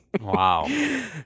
Wow